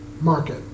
market